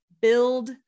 Build